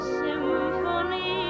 symphony